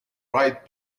right